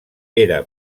era